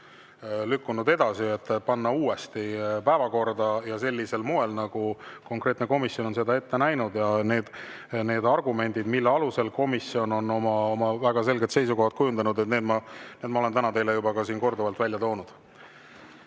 lükkunud, tuleb panna uuesti päevakorda, ja sellisel moel, nagu konkreetne komisjon on seda ette näinud. Need argumendid, mille alusel komisjon on oma väga selged seisukohad kujundanud, ma olen täna teile juba korduvalt välja toonud.